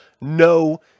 no